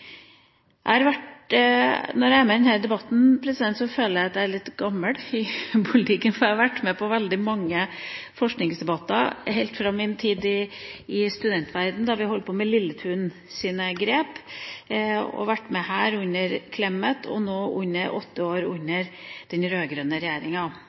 jeg har vært med på veldig mange forskningsdebatter, helt fra min tid i studentverdenen, da vi holdt på med Lilletuns grep. Jeg har vært med her under Kristin Clemet og nå i åtte år under den rød-grønne regjeringa.